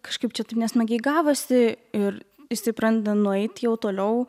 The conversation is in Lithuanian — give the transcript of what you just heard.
kažkaip čia taip nesmagiai gavosi ir jisai pradeda nueit jau toliau